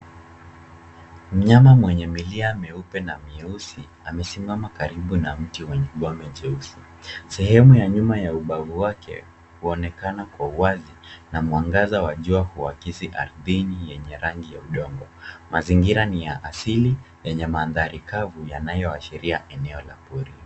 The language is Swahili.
Mnyama mwenye milia myeupe na myeusi amesimama karibu na mti wenye bwame jeusi. Sehemu ya nyuma ya ubavu wake huonekana kwa uwazi na mwangaza wa jua huakisi ardhini yenye rangi ya udongo. Mazingira ni ya asili yenye mandhari kavu yanayo ashiria eneo la pori.